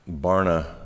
Barna